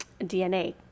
dna